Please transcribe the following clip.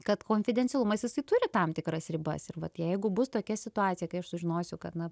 kad konfidencialumas jisai turi tam tikras ribas ir vat jeigu bus tokia situacija kai aš sužinosiu kad na